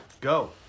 Go